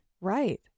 Right